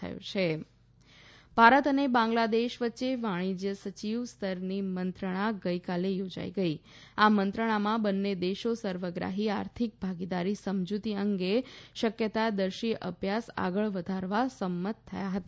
ભારત બાંગ્લાદેશ બેઠક ભારત અને બાંગ્લાદેશ વચ્યે વાણિજ્ય સચિવ સ્તરની મંત્રણા ગઈકાલે યોજાઈ ગઈ આ મંત્રણામાં બંન્ને દેશો સર્વગ્રાહી આર્થિક ભાગીદારી સમજૂતી અંગે શક્યતાદર્શી અભ્યાસ આગળ વધારવા સમંત થયા હતા